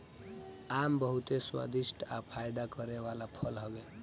आम बहुते स्वादिष्ठ आ फायदा करे वाला फल हवे